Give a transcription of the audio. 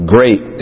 Great